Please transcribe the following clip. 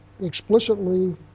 explicitly